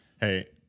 Hey